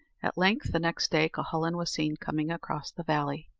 at length, the next day, cuhullin was seen coming across the valley,